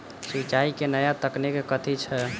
सिंचाई केँ नया तकनीक कथी छै?